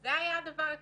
זה היה הדבר הקריטי.